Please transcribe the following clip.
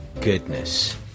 Goodness